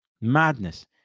Madness